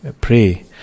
pray